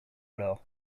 alors